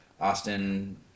Austin